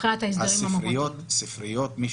הספריות מי